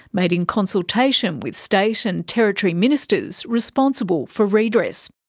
made in consultation with state and territory ministers responsible for redress.